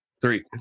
three